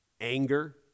anger